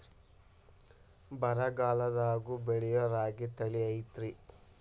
ಬರಗಾಲದಾಗೂ ಬೆಳಿಯೋ ರಾಗಿ ತಳಿ ಐತ್ರಿ?